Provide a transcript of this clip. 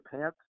pants